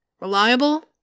Reliable